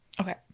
Okay